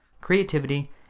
creativity